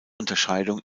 unterscheidung